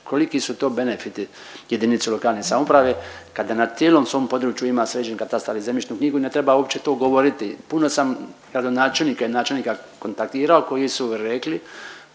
koliki su to benefiti jedinici lokalne samouprave kada na cijelom svom području ima sređen Katastar i zemljišnu knjigu i ne treba uopće to govoriti. Puno sam gradonačelnika i načelnika kontaktirao koji su rekli